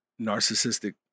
narcissistic